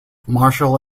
marshall